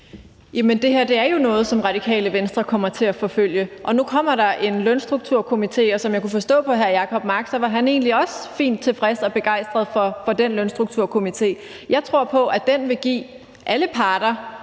det her er jo noget, som Radikale Venstre kommer til at forfølge, og nu kommer der en lønstrukturkomité, og som jeg forstod hr. Jacob Mark, var han egentlig også fint tilfreds og begejstret for den lønstrukturkomité. Jeg tror på, at den vil give alle parter